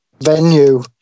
venue